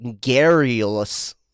garrulous